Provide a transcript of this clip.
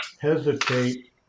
hesitate